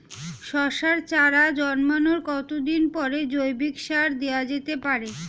শশার চারা জন্মানোর কতদিন পরে জৈবিক সার দেওয়া যেতে পারে?